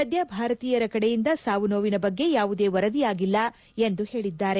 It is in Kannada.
ಸದ್ಯ ಭಾರತೀಯರ ಕಡೆಯಿಂದ ಸಾವು ನೋವಿನ ಬಗ್ಗೆ ಯಾವುದೇ ವರದಿಯಾಗಿಲ್ಲ ಎಂದು ಹೇಳಿದ್ದಾರೆ